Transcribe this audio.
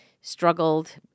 struggled